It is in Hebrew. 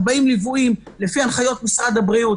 40 ליוויים לפי הנחיות משרד הבריאות,